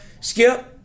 Skip